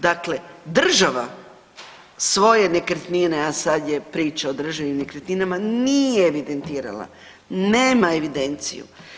Dakle, država svoje nekretnine, a sad je priča o državnim nekretninama, nije evidentirala, nema evidenciju.